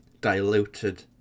diluted